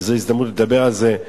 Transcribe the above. וזו הזדמנות לדבר על זה,